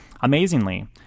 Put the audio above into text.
Amazingly